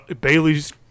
Bailey's